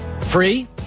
Free